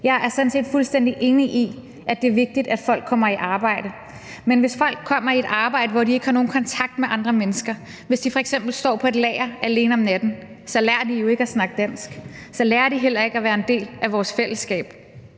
Jeg er sådan set fuldstændig enig i, at det er vigtigt, at folk kommer i arbejde, men hvis folk kommer i et arbejde, hvor de ikke har nogen kontakt med andre mennesker, hvis de f.eks. står på et lager alene om natten, så lærer de jo ikke at snakke dansk, så lærer de heller ikke at være en del af vores fællesskab,